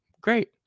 Great